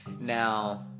Now